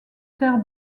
terre